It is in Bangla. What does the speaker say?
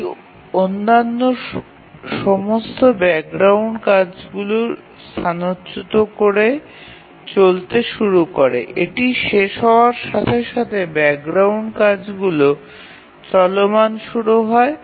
এটি অন্যান্য সমস্ত ব্যাকগ্রাউন্ড কাজগুলি স্থানচ্যুত করে চলতে শুরু করে এটি শেষ হওয়ার সাথে সাথে ব্যাকগ্রাউন্ড কাজগুলি চলমান শুরু হয়